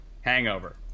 Hangover